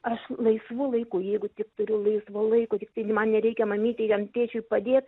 aš laisvu laiku jeigu tik turiu laisvo laiko tiktai gi man nereikia mamytei ten tėčiui padėt